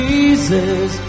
Jesus